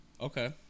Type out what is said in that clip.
Okay